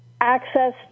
access